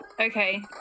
Okay